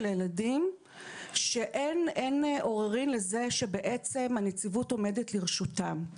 ילדים שאין עוררין על כך שבעצם הנציבות עומדת לרשותם.